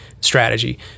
strategy